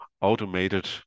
automated